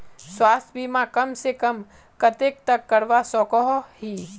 स्वास्थ्य बीमा कम से कम कतेक तक करवा सकोहो ही?